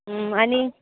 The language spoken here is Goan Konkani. आनी